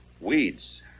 Weeds